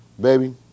baby